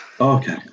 Okay